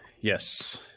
Yes